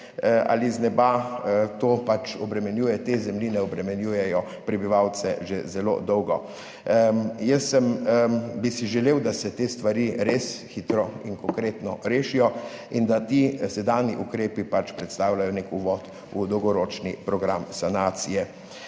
ali z neba, te zemljine obremenjujejo prebivalce že zelo dolgo. Jaz bi si želel, da se te stvari res hitro in konkretno rešijo in da ti sedanji ukrepi predstavljajo nek uvod v dolgoročni program sanacije.